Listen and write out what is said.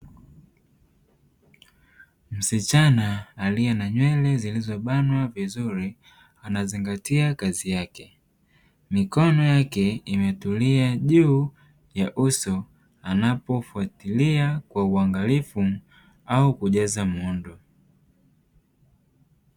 Msichana aliye na nywele zilizobanwa vizuri anazingatia kazi yake mikono yake imetulia juu ya uso anapofatilia kwa uwangalifu au kujaza muundo.